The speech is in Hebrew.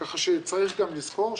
ככה שצריך גם לזכור,